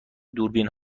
دوربین